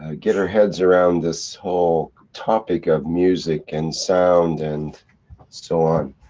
ah get our heads around this whole topic, of music and sound and so on.